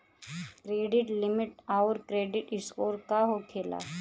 Credit limit आउर credit score का होखेला?